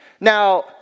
Now